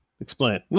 explain